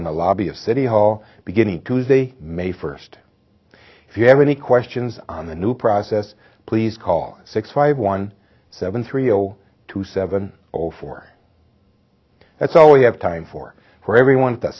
in the lobby of city hall beginning tuesday may first if you have any questions on the new process please call six five one seven three zero two seven zero four that's all we have time for for everyone in the